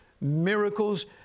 miracles